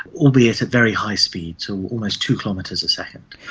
albeit at very high speeds, so almost two kilometres a second.